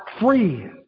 free